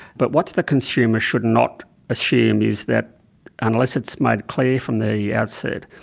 but what the consumer should not assume is that unless it's made clear from the outset,